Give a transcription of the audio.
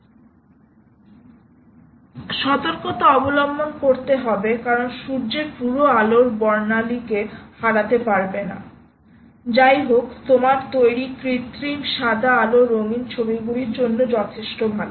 বলতে চাইছেন তার চেয়ে I সতর্কতা অবলম্বন করতে হবে কারণ সূর্যের পুরো আলোর বর্ণালীকে হারাতে পারবে না যাই হোক তোমার তৈরি কৃত্রিম সাদা আলো রঙিন ছবিগুলির জন্য যথেষ্ট ভাল